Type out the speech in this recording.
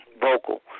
vocal